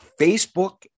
Facebook